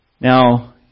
Now